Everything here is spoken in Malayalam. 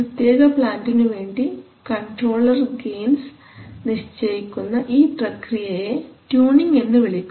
പ്രത്യേക പ്ലാന്റിനു വേണ്ടി കൺട്രോളർ ഗെയിൻസ് നിശ്ചയിക്കുന്ന ഈ പ്രക്രിയയെ ട്യൂണിങ് എന്ന് വിളിക്കുന്നു